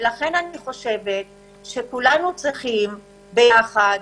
אני חושבת שכולנו צריכים ביחד,